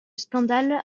scandale